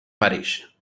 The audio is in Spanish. parish